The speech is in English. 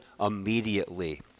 immediately